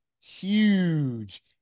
huge